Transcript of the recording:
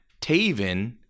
Taven